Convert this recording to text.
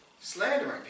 slandering